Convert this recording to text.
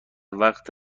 وقت